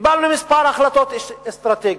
קיבלנו כמה החלטות אסטרטגיות.